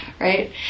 Right